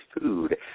food